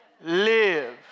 Live